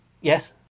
Yes